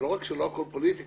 ולא רק שלא הכול פוליטיקה,